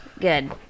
Good